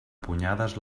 punyades